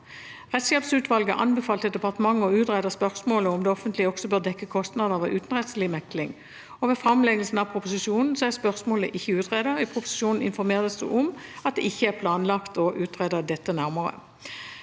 Rettshjelpsutvalget anbefalte departementet å utrede spørsmålet om det offentlige også bør dekke kostnader ved utenrettslig mekling. Ved framleggelsen av proposisjonen er spørsmålet ikke utredet, og i proposisjonen informeres det om at det ikke er planlagt å utrede dette nærmere.